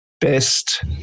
best